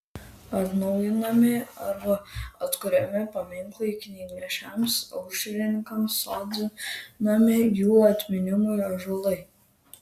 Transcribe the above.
atnaujinami arba atkuriami paminklai knygnešiams aušrininkams sodinami jų atminimui ąžuolai